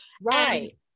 right